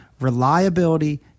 reliability